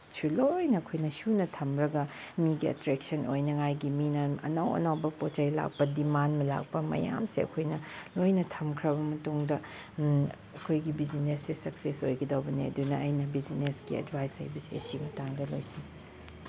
ꯁꯨ ꯂꯣꯏꯅ ꯑꯩꯈꯣꯏꯅ ꯁꯨ ꯊꯝꯂꯒ ꯃꯤꯒꯤ ꯑꯦꯇ꯭ꯔꯦꯛꯁꯟ ꯑꯣꯏꯅꯉꯥꯏꯒꯤ ꯃꯤꯅ ꯑꯅꯧ ꯑꯅꯧꯕ ꯄꯣꯠ ꯆꯩ ꯂꯥꯛꯄ ꯗꯤꯃꯥꯟ ꯂꯥꯛꯄ ꯃꯌꯥꯝꯁꯦ ꯑꯩꯈꯣꯏꯅ ꯂꯣꯏꯅ ꯊꯝꯈ꯭ꯔꯕ ꯃꯇꯨꯡꯗ ꯑꯩꯈꯣꯏꯒꯤ ꯕꯤꯖꯤꯅꯦꯁꯁꯦ ꯁꯛꯁꯦꯁ ꯑꯣꯏꯒꯗꯧꯕꯅꯦ ꯑꯗꯨꯅ ꯑꯩꯅ ꯕꯤꯖꯤꯅꯦꯁꯀꯤ ꯑꯦꯗꯚꯥꯏꯁ ꯍꯥꯏꯕꯁꯦ ꯁꯤ ꯃꯇꯥꯡꯗ ꯂꯣꯏꯁꯤ